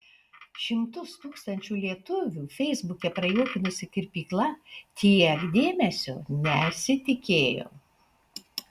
šimtus tūkstančių lietuvių feisbuke prajuokinusi kirpykla tiek dėmesio nesitikėjo